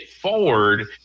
forward